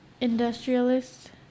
industrialist